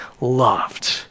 loved